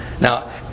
Now